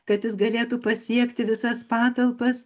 kad jis galėtų pasiekti visas patalpas